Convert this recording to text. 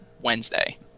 Wednesday